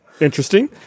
interesting